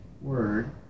word